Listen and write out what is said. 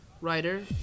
writer